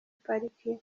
pariki